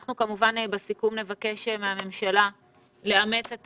אנחנו כמובן בסיכום נבקש מהממשלה לאמץ את